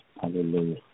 Hallelujah